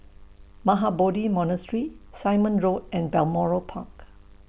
Mahabodhi Monastery Simon Road and Balmoral Park